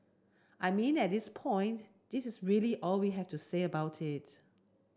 I mean at this point this is really all that I have to say about it